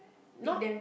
not